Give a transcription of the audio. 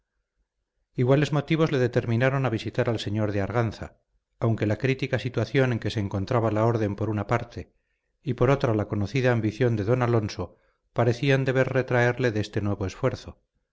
paso iguales motivos le determinaron a visitar al señor de arganza aunque la crítica situación en que se encontraba la orden por una parte y por otra la conocida ambición de don alonso parecían deber retraerle de este nuevo esfuerzo